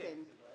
כן.